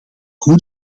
hoe